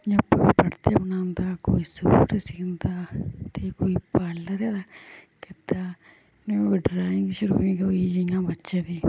इ'यां कोई पर्दे बनांदा कोई सूट सींदा ते कोई पालरें दा करदा कोई ड्राईंग श्रूइंग होई गेइयां बच्चें दी